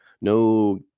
No